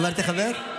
אמרתי "חבר"?